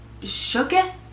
shooketh